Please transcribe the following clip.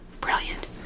brilliant